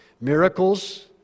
Miracles